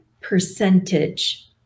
percentage